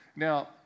Now